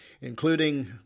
Including